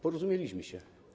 Porozumieliśmy się.